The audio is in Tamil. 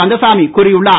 கந்தசாமி கூறியுள்ளார்